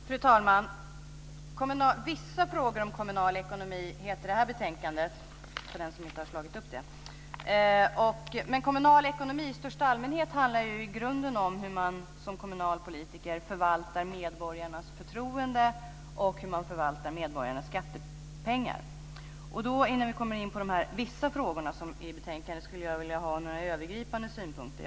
Fru talman! Vissa kommunalekonomiska frågor heter betänkandet. Kommunal ekonomi i största allmänhet handlar i grunden om hur man som kommunal politiker förvaltar medborgarnas förtroende och hur man förvaltar medborgarnas skattepengar. Innan vi kommer in på de "vissa" frågorna i betänkandet skulle jag vilja ge några övergripande synpunkter.